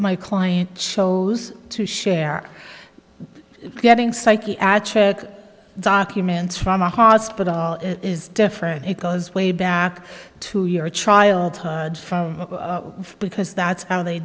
my client chose to share getting psychiatric documents from a hospital is different it goes way back to your childhood because that's how they